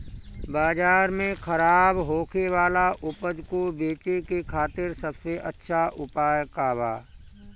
बाजार में खराब होखे वाला उपज को बेचे के खातिर सबसे अच्छा उपाय का बा?